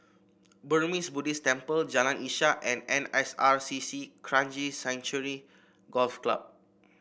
Burmese Buddhist Temple Jalan Ishak and N S R C C Kranji Sanctuary Golf Club